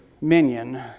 minion